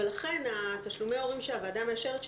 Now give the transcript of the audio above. אבל אכן תשלומי ההורים שהוועדה מאשרת,